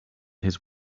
his